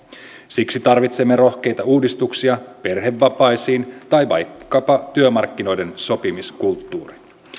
siksi tarvitsemme rohkeita uudistuksia perhevapaisiin tai vaikkapa työmarkkinoiden sopimiskulttuuriin